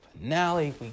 finale